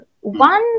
One